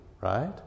right